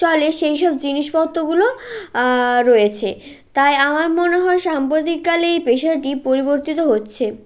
চলে সেইসব জিনিসপত্রগুলো রয়েছে তাই আমার মনে হয় সাম্পতিককালে এই পেশাটি পরিবর্তিত হচ্ছে